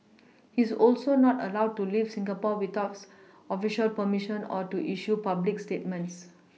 he is also not allowed to leave Singapore without official perMission or to issue public statements